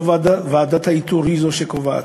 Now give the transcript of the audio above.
לא ועדת האיתור היא שקובעת.